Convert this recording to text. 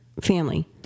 family